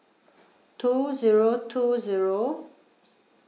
two zero two zero